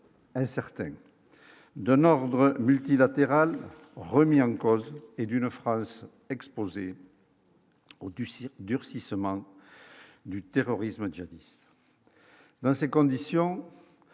incertaine d'un ordre multilatéral remis en cause et du naufrage exposer au du cirque durcissement du terrorisme djihadiste dans ces conditions,